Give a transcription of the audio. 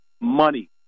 money